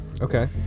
Okay